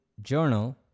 journal